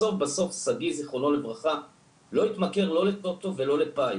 בסוף בסוף שגיא זכרונו לברכה לא התמכר לא לטוטו ולא לפיס.